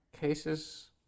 cases